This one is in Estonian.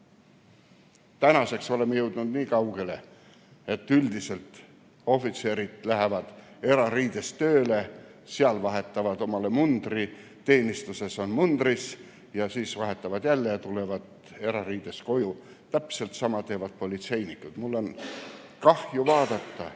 Tänaseks oleme jõudnud niikaugele, et üldiselt ohvitserid lähevad erariides tööle, seal panevad omale mundri selga, teenistuses on mundris ja siis vahetavad jälle riided ära ja tulevad erariides koju. Täpselt sama teevad politseinikud. Mul on kahju vaadata,